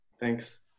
Thanks